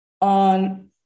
on